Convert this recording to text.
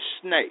snake